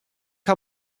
haw